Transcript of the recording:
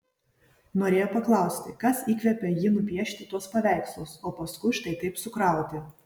norėjo paklausti kas įkvėpė jį nupiešti tuos paveikslus o paskui štai taip sukrauti